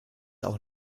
auch